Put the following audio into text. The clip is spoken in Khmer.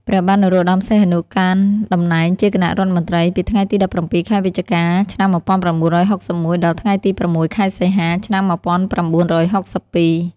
ព្រះបាទនរោត្តម សីហនុ កាន់តំណែងជាគណៈរដ្ឋមន្ត្រីពីថ្ងៃទី១៧ ខែវិច្ឆិកា ឆ្នាំ១៩៦១ ដល់ថ្ងៃទី ៦ ខែសីហា ឆ្នាំ១៩៦២។